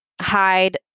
hide